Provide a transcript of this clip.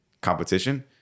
competition